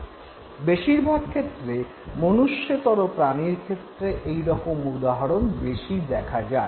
কিন্তু বেশিরভাগ ক্ষেত্রে মনুষ্যেতর প্রাণীর ক্ষেত্রে এই রকম উদাহরণ বেশি দেখা যায়